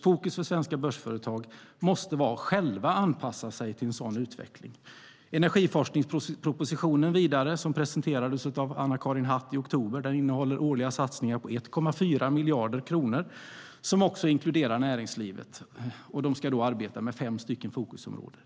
Fokus för svenska börsföretag måste vara att själva anpassa sig till en sådan utveckling. Energiforskningspropositionen, som presenterades av Anna-Karin Hatt i oktober, innehåller årliga satsningar på 1,4 miljarder som också inkluderar näringslivet som ska arbeta med fem fokusområden.